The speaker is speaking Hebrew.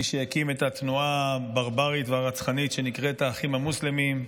מי שהקים את התנועה הברברית והרצחנית שנקראת "האחים המוסלמים",